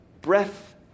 breath